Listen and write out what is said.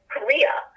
Korea